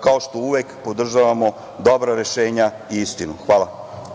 kao što uvek podržavamo dobra rešenja i istinu. Hvala.